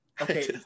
okay